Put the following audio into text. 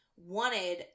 wanted